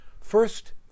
First